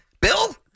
Bill